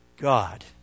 God